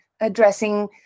addressing